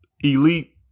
elite